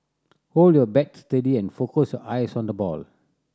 hold your bat steady and focus your eyes on the ball